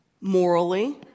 morally